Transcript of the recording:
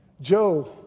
Joe